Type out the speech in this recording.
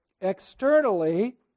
externally